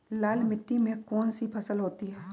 लाल मिट्टी में कौन सी फसल होती हैं?